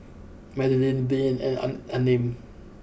Madelene Breanne and an Unnamed